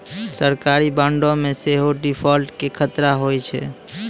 सरकारी बांडो मे सेहो डिफ़ॉल्ट के खतरा होय छै